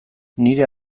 nire